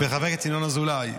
-- וחבר הכנסת ינון אזולאי,